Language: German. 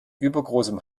übergroßem